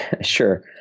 Sure